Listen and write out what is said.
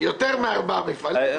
יותר מארבעה מפעלים.